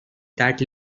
that